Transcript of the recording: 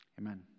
Amen